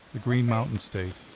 the green mountain state,